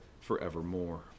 forevermore